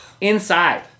Inside